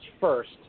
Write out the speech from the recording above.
first